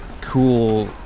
cool